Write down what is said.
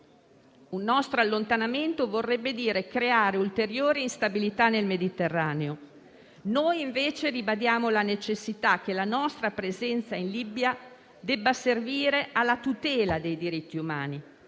Un nostro allontanamento vorrebbe dire creare ulteriore instabilità nel Mediterraneo. Noi invece ribadiamo la necessità che la nostra presenza in Libia debba servire alla tutela dei diritti umani,